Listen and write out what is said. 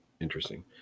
interesting